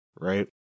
right